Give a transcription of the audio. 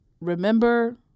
Remember